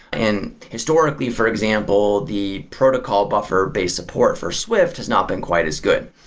and historically, for example, the protocol buffer based support for swift has not been quite as good.